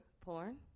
porn